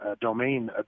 domain